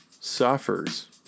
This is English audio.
suffers